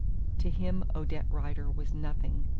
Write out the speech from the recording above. to him odette rider was nothing,